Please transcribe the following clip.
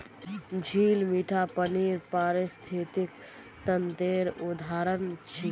झील मीठा पानीर पारिस्थितिक तंत्रेर उदाहरण छिके